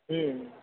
ம்